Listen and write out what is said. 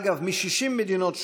אגב, מ-60 מדינות שונות,